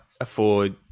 afford